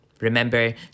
Remember